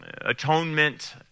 atonement